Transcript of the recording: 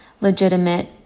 legitimate